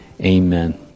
Amen